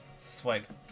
swipe